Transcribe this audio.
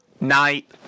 night